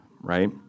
Right